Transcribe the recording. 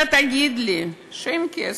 אתה תגיד לי שאין כסף,